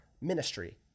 ministry